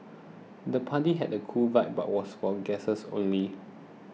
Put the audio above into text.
the party had a cool vibe but was for guests only